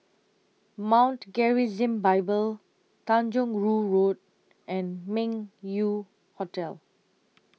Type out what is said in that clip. Mount Gerizim Bible Tanjong Rhu Road and Meng Yew Hotel